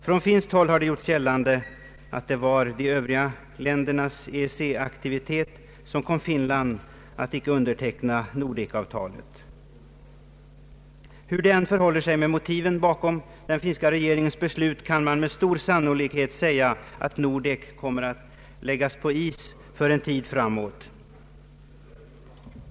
Från finskt håll har gjorts gällande att det var de övriga nordiska ländernas EEC-aktivitet som gjorde att Finland inte undertecknade Nordekavtalet. Hur det än förhåller sig med motiven bakom den finska regeringens beslut kan man med stor sannolikhet säga att Nordek kommer att läggas på is för en tid framåt.